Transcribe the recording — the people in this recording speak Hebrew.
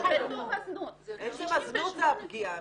עצם הזנות זו הפגיעה.